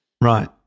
Right